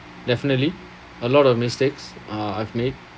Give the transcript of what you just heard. definitely a lot of mistakes uh I've made